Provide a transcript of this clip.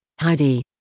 Heidi